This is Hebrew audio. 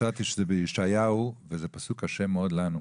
מצאתי שזה בישעיהו וזה פסוק קשה מאוד לנו.